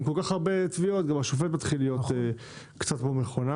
כאשר יש כל כך הרבה תביעות ובסוף גם השופט מתחיל להיות קצת כמו מכונה.